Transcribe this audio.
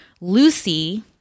Lucy